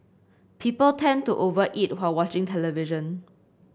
people tend to over eat while watching the television